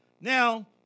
Now